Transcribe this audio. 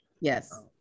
Yes